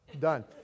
done